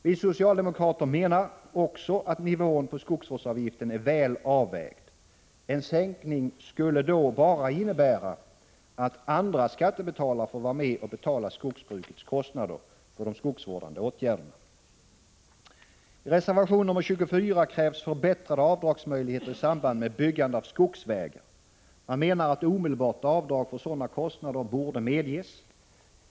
Vi socialdemokrater menar också att nivån på skogsvårdsavgiften är väl avvägd. En sänkning skulle då bara innebära att andra skattebetalare får vara med och betala skogsbrukets kostnader för de skogsvårdande åtgärderna. I reservation nr 24 krävs förbättrade avdragsmöjligheter i samband med byggande av skogsvägar. Man menar att omedelbart avdrag för sådana kostnader borde medges.